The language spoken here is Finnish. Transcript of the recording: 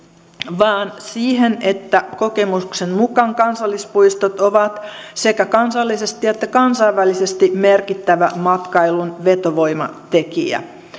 vaan siihen että kokemuksen mukaan kansallispuistot ovat sekä kansallisesti että kansainvälisesti merkittävä matkailun vetovoimatekijä